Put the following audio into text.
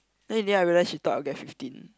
then in the end I realize she thought I'll get fifty